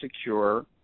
secure